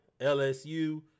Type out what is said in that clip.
LSU